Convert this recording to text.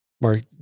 mark